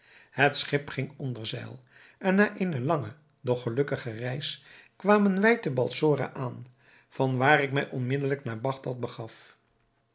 het schip ging onder zeil en na eene lange doch gelukkige reis kwamen wij te balsora aan van waar ik mij onmiddelijk naar bagdad begaf